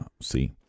see